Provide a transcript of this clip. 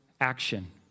action